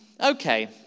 okay